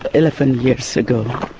ah eleven years ago.